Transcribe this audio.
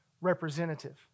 representative